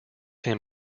him